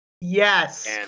Yes